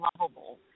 lovable